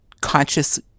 conscious